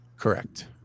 Correct